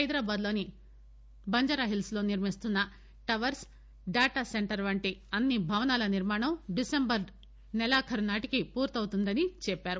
హైదరాబాద్ లోని బంజారాహిల్స్ లో నిర్మిస్తున్న టవర్స్ డాటా సెంటర్ వంటి అన్ని భవనాల నిర్మాణం డిసెంబరు నెలాఖరు నాటికి పూర్తవుతుందని చెప్పారు